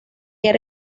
era